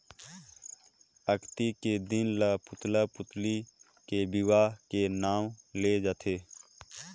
अक्ती के दिन ल पुतला पुतली के बिहा के नांव ले जानथें